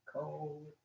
cold